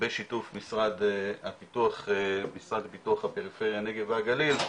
בשיתוף משרד לפיתוח הפריפריה, הנגב והגליל,